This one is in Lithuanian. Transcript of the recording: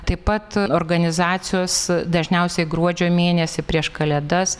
taip pat organizacijos dažniausiai gruodžio mėnesį prieš kalėdas